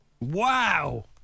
Wow